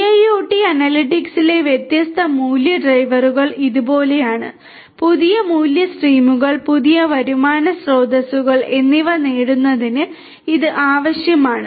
IIoT അനലിറ്റിക്സിലെ വ്യത്യസ്ത മൂല്യ ഡ്രൈവറുകൾ ഇതുപോലെയാണ് പുതിയ മൂല്യ സ്ട്രീമുകൾ പുതിയ വരുമാന സ്രോതസ്സുകൾ എന്നിവ നേടുന്നതിന് ഇത് ആവശ്യമാണ്